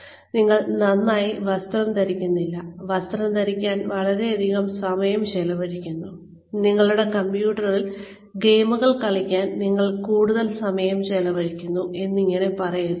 എന്നാൽ നിങ്ങൾ നന്നായി വസ്ത്രം ധരിക്കുന്നില്ല വസ്ത്രം ധരിക്കാൻ വളരെയധികം സമയം ചിലവഴിക്കുന്നു നിങ്ങളുടെ കമ്പ്യൂട്ടറിൽ ഗെയിമുകൾ കളിക്കാൻ നിങ്ങൾ കൂടുതൽ സമയം ചെലവഴിക്കുന്നു എന്നിങ്ങനെ പറയരുത്